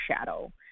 shadow